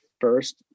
first